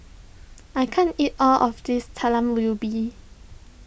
I can't eat all of this Talam Ubi